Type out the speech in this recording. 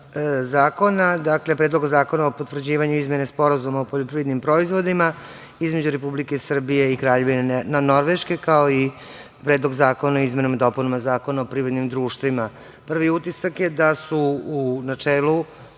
zakona, dakle, Predlogu zakona o potvrđivanju izmene Sporazuma o poljoprivrednim proizvodima između Republike Srbije i Kraljevine Norveške, kao i Predlog zakona o izmenama i dopunama Zakona o privrednim društvima. Prvi utisak je da su u načelu